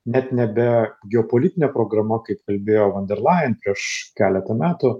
net nebe geopolitinė programa kaip kalbėjo vanderlajen prieš keletą metų